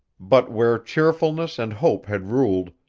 but where cheerfulness and hope had ruled,